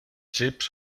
chips